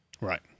Right